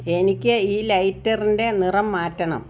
എനിക്ക് ഈ ലൈറ്ററിൻ്റെ നിറം മാറ്റണം